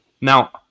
Now